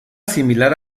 similar